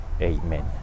Amen